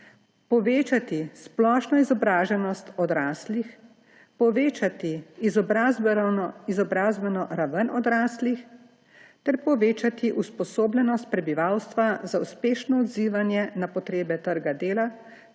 povečati splošno izobraženost odraslih, povečati izobrazbeno raven odraslih ter povečati usposobljenost prebivalstva za uspešno odzivanje na potrebe trga dela